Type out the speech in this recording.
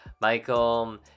Michael